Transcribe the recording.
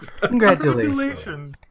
Congratulations